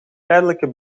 tijdelijk